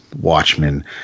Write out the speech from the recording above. Watchmen